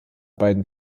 beiden